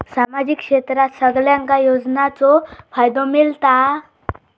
सामाजिक क्षेत्रात सगल्यांका योजनाचो फायदो मेलता?